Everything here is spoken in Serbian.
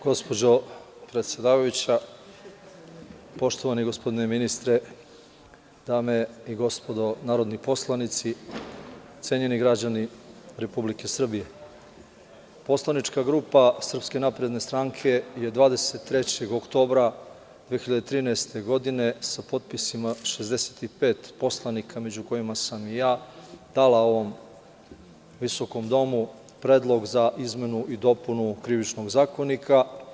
Gospođo predsedavajuća, poštovani gospodine ministre, dame i gospodo narodni poslanici, cenjeni građani Republike Srbije, poslanička grupa SNS je 23. oktobra 2013. godine, sa potpisima 65 poslanika, među kojima sam i ja, dala ovom visokom domu Predlog za izmenu i dopunu Krivičnog zakonika.